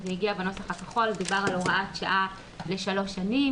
כשזה הגיע בנוסח הכחול דובר על הוראת שעה לשלוש שנים,